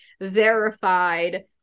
verified